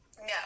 No